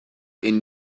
and